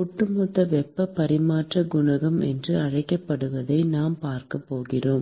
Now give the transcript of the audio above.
ஒட்டுமொத்த வெப்பப் பரிமாற்றக் குணகம் என்று அழைக்கப்படுவதைப் பார்க்கப் போகிறோம்